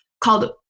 called